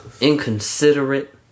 Inconsiderate